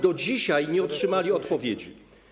Do dzisiaj nie otrzymali odpowiedzi.